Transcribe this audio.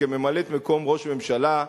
כממלאת-מקום ראש ממשלה,